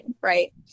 right